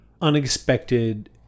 unexpected